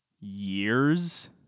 years